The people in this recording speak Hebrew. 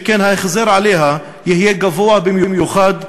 שכן ההחזר עליה יהיה גבוה במיוחד,